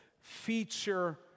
feature